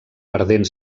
perdent